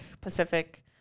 Pacific